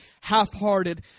half-hearted